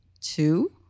two